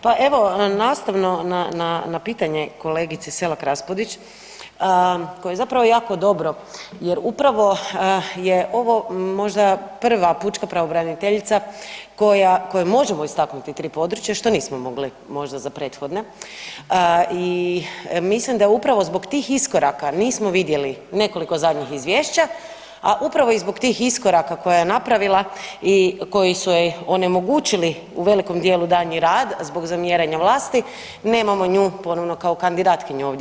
Pa evo nastavno na pitanje kolegice Selak Raspudić koje je zapravo jako dobro jer upravo je ovo možda prva pučka pravobraniteljica koje možemo istaknuti tri područje što nismo mogli možda za prethodne i mislim da upravo zbog tih iskoraka nismo vidjeli nekoliko zadnjih izvješća, a upravo i zbog tih iskoraka koje je napravila i koji su joj onemogućili u velikom dijelu daljnji rad zbog zamjeranja vlasti, nemamo nju ponovno kao kandidatkinju ovdje.